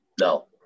no